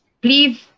please